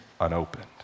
unopened